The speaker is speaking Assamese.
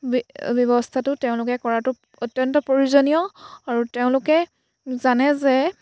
বি ব্যৱস্থাটো তেওঁলোকে কৰাটো অত্যন্ত প্ৰয়োজনীয় আৰু তেওঁলোকে জানে যে